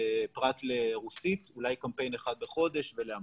פרט לרוסית, אולי קמפיין אחד בחודש, ולאמהרית.